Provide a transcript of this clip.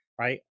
Right